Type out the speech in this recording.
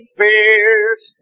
fears